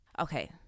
okay